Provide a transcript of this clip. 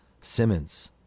Simmons